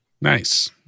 Nice